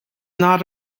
not